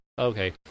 Okay